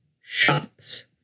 shops